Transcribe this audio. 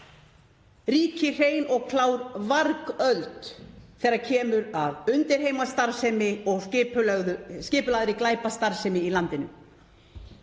ríki hrein og klár vargöld þegar kemur að undirheimastarfsemi og skipulagðri glæpastarfsemi. Það